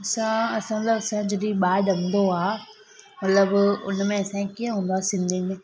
असां असांजा असां जॾहिं ॿार ॼमंदो आहे मतलबु हुन में असांजी कीअं हूंदो आहे सिंधियुनि में